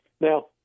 now